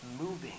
Moving